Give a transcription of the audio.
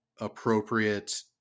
appropriate